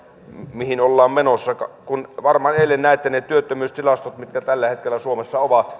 mihin ollaan menossa kun varmaan eilen näitte ne työttömyystilastot mitkä tällä hetkellä suomessa ovat